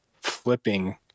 flipping